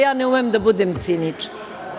Ja ne umem da budem cinična.